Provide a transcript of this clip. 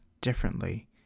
differently